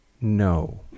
no